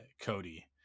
Cody